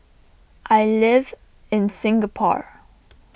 I live in Singapore